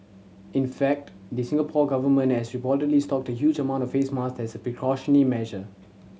in fact the Singapore Government has reportedly stocked a huge amount of face masks precautionary measure